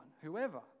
whoever